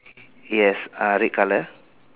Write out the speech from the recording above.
yes uh red colour